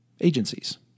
agencies